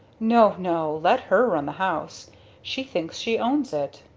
no, no let her run the house she thinks she owns it.